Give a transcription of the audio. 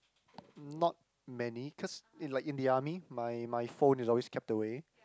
not many cause in like in the army my my phone is always kept away